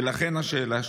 ולכן השאלה שלי: